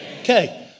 Okay